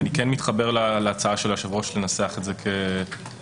אני כן מתחבר להצעה של היושב-ראש לנסח את זה כזכות,